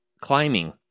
climbing